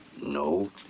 No